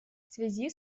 связи